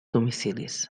domicilis